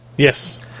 Yes